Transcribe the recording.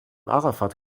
arafat